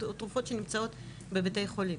או תרופות שנמצאות בבתי חולים.